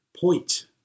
point